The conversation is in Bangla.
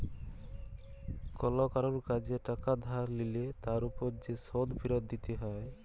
কল কারুর কাজে টাকা ধার লিলে তার উপর যে শোধ ফিরত দিতে হ্যয়